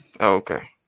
Okay